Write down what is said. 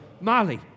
Molly